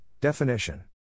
definition